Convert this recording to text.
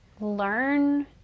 learn